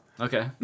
Okay